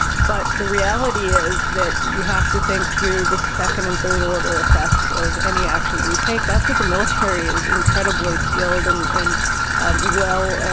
but the reality is that you have to think through the second and third order effects of any action that you take. that's what the military is incredibly skilled and and and well,